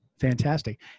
fantastic